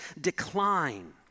decline